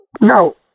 no